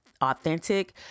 authentic